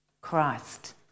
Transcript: Christ